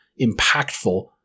impactful